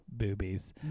Boobies